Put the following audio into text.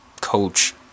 coach